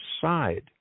side